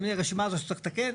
הרשימה הזאת שצריך לתקן.